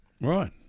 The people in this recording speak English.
Right